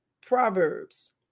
Proverbs